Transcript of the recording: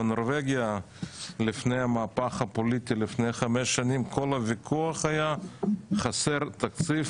בנורבגיה לפני המהפך הפוליטי לפני חמש שנים כל הוויכוח היה חסר תקציב